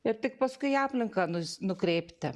ir tik paskui į aplinką nus nukreipti